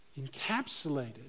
encapsulated